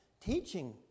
teaching